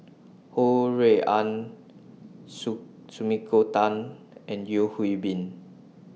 Ho Rui An Sumiko Tan and Yeo Hwee Bin